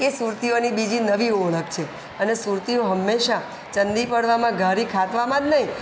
એ સુરતીઓની બીજી નવી ઓળખ છે અને સુરતીઓ હંમેશા ચંદીપડવામાં ઘારી ખાવામાં જ નહીં